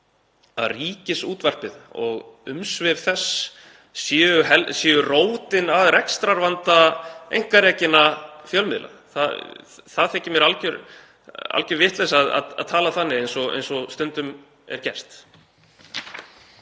að Ríkisútvarpið og umsvif þess séu rótin að rekstrarvanda einkarekinna fjölmiðla. Mér þykir það algjör vitleysa að tala þannig eins og stundum er gert.